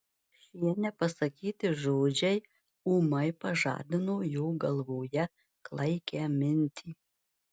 šie nepasakyti žodžiai ūmai pažadino jo galvoje klaikią mintį